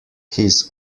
his